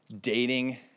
dating